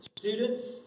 Students